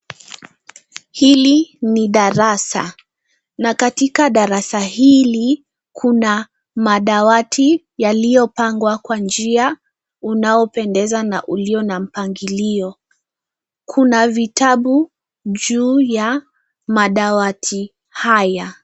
Hili ni darasa na katika darasa hili kuna madawati yaliyo pangwa kwa njia unaopendeza na uliona mpangilio. Kuna vitabu juu ya madawati haya.